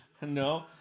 No